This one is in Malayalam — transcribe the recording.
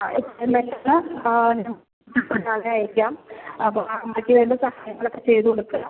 ആ എത്രയും പെട്ടെന്ന് ഇപ്പോൾ ഒരാളെ അയക്കാം അപ്പോൾ അമ്മച്ചി വേണ്ട സഹായങ്ങളൊക്കെ ചെയ്തോടുക്കുക